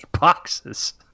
boxes